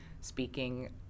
speaking